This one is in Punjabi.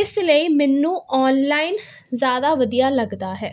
ਇਸ ਲਈ ਮੈਨੂੰ ਆਨਲਾਈਨ ਜ਼ਿਆਦਾ ਵਧੀਆ ਲੱਗਦਾ ਹੈ